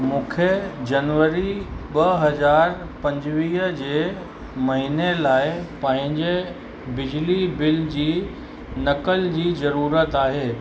मूंखे जनवरी ॿ हज़ार पंजवीह जे महीने लाइ पंहिंजे बिजली बिल जी नक़ल जी ज़रूरत आहे